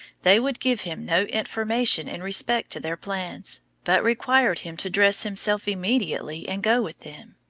they would give him no information in respect to their plans, but required him to dress himself immediately and go with them.